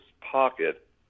pocket